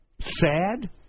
sad